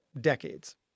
decades